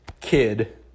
kid